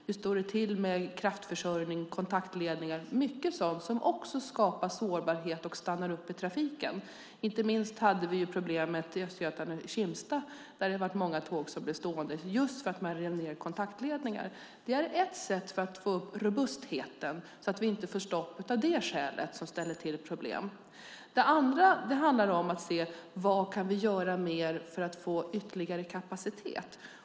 Hur står det till med kraftförsörjning och kontaktledningar? Det är mycket sådant som också skapar sårbarhet och stannar upp trafiken. Inte minst hade vi problemet i Östergötland, i Kimstad, där många tåg blev stående just för att man rev ned kontaktledningar. Det är ett sätt att få upp robustheten, så att vi inte får stopp av det skälet, vilket ställer till problem. Det andra handlar om att se: Vad kan vi göra mer för att få ytterligare kapacitet?